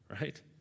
right